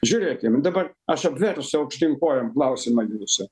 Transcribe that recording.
žiūrėkim dabar aš apversiu aukštyn kojom klausimą jūsų